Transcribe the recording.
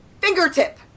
fingertip